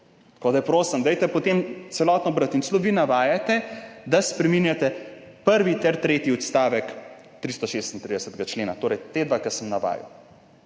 Tako da, prosim, dajte potem celoto brati. In celo vi navajate, da spreminjate prvi ter tretji odstavek 336. člena, torej ta dva, ki sem ju navajal.